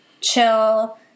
chill